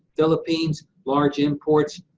philippines, large imports.